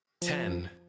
Ten